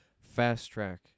fast-track